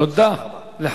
תודה רבה.